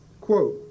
quote